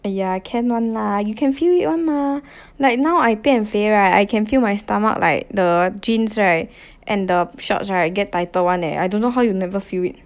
!aiya! can [one] lah you can feel it [one] mah like now I 变肥 right I can feel my stomach like the jeans right and the shorts right get tighter [one] eh I don't know how you never feel it